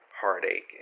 heartache